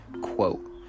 Quote